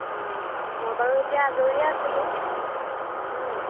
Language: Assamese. অঁ মই বাৰু এতিয়া আজৰিয়ে আছিলোঁ